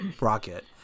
rocket